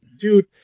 dude